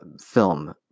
film